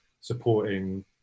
supporting